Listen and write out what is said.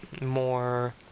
more